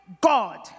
God